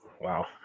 Wow